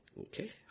Okay